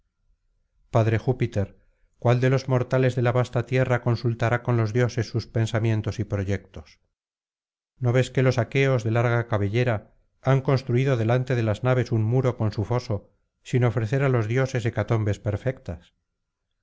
padre júpiter cuál de los mortales de la vasta tierra cónsul tara con los dioses sus pensamientos y proyectos no ves que los aqueos de larga cabellera han construido delante de las naves un muro con su foso sin ofrecer á los dioses hecatombes perfectas